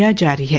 yeah jackie yeah